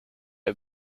are